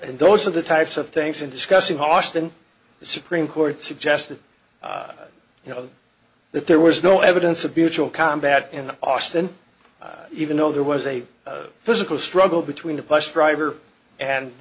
and those are the types of things and discussing austin the supreme court suggests that you know that there was no evidence of beautiful combat in austin even though there was a physical struggle between the bus driver and